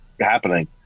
happening